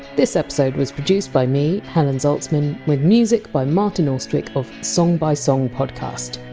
this episode was produced by me, helen zaltzman, with music by martin austwick of song by song podcast.